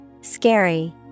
Scary